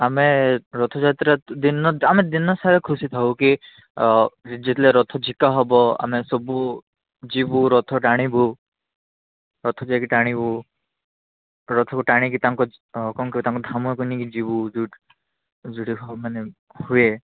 ଆମେ ଏ ରଥଯାତ୍ରା ଦିନ ଆମେ ଦିନ ସାରା ଖୁସି ଥାଉ କି ଯେତେବେଳେ ରଥ ଝିକା ହବ ଆମେ ସବୁ ଯିବୁ ରଥ ଟାଣିବୁ ରଥ ଯାଇକି ଟାଣିବୁ ରଥକୁ ଟାଣିକି କ'ଣ କୁହନ୍ତି ତାଙ୍କ ଧାମକୁ ନେଇକି ଯିବୁ ଯେଉଁଠି ମାନେ ଯେଉଁଠି ହୁଏ